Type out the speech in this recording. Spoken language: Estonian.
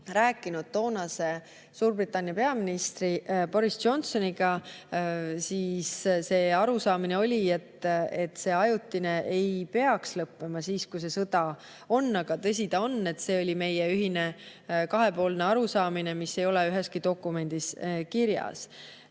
rääkinud toonase Suurbritannia peaministri Boris Johnsoniga ja [meie ühine] arusaamine oli, et see ajutine [kokkulepe] ei peaks lõppema siis, kui sõda [käib]. Aga tõsi ta on, et see oli meie ühine kahepoolne arusaamine, mis ei ole üheski dokumendis kirjas.